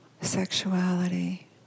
sexuality